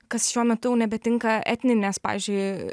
kas šiuo metu jau nebetinka etninės pavyzdžiui